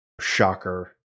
shocker